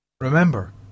Remember